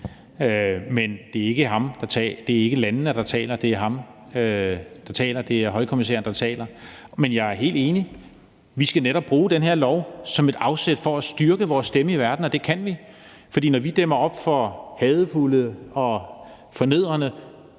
Og det er ikke landene, der taler, det er højkommissæren, der taler. Men jeg er helt enig; vi skal netop bruge den her lov som et afsæt for at styrke vores stemme i verden, og det kan vi. For når vi dæmmer op for hadefulde og fornedrende